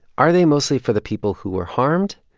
are they mostly for the people who were harmed,